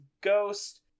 ghost